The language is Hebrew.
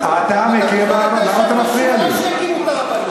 אתה בכלל ישבת שבעה כשהקימו את הרבנות,